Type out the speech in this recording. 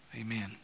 amen